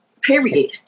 period